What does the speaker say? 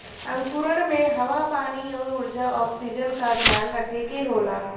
अंकुरण में हवा पानी आउर ऊर्जा ऑक्सीजन का ध्यान रखे के होला